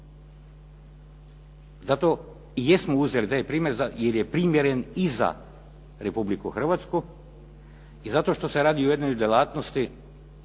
Zato i jesmo uzeli taj primjer jer je primjeren i za Republiku Hrvatsku i zato što se radi o jednoj djelatnosti